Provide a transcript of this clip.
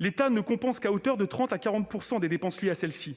l'État ne compensant qu'à hauteur de 30 % à 40 % les dépenses liées à cette prestation,